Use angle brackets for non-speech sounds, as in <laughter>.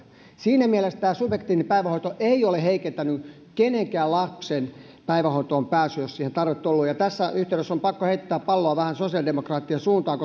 siinä mielessä subjektiivinen päivähoito ei ole heikentänyt kenenkään lapsen päivähoitoon pääsyä jos siihen tarvetta on ollut tässä yhteydessä on pakko heittää palloa vähän sosiaalidemokraattien suuntaan <unintelligible>